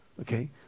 okay